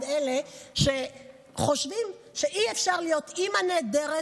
יש אלה שחושבים שאי-אפשר להיות אימא נהדרת,